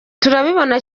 turabibona